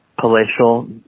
palatial